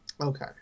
okay